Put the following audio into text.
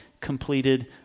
completed